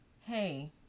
hey